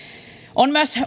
on myös